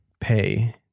pay